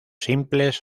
simples